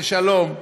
של שלום,